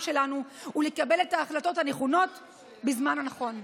שלנו ולקבל את ההחלטות הנכונות בזמן הנכון.